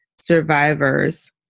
survivors